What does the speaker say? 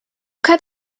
cut